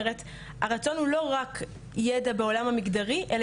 הרצון הוא לא רק ידע בעולם המגדרי אלא